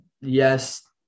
yes